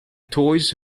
toys